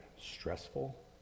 stressful